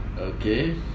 Okay